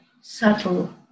subtle